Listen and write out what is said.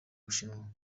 bushinwa